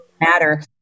matter